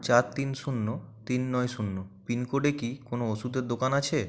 চার তিন শূন্য তিন নয় শূন্য পিনকোডে কি কোনও ওষুধের দোকান আছে